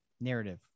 narrative